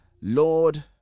lord